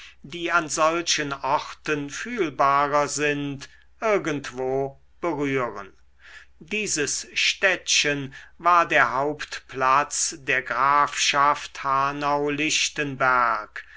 die an solchen orten fühlbarer sind irgendwo berühren dieses städtchen war der hauptplatz der grafschaft